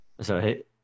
Sorry